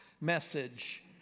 message